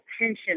attention